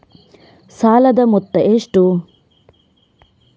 ಸಾಲದ ಮೊತ್ತ ಎಷ್ಟು?